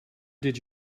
did